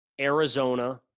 Arizona